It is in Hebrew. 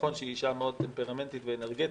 נכון שהיא אישה מאוד טמפרמנטית ואנרגטית,